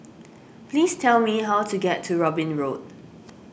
please tell me how to get to Robin Road